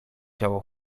ciało